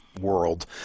world